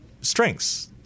strengths